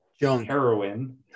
heroin